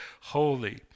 Holy